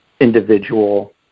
individual